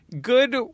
good